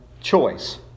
choice